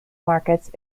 markets